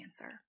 answer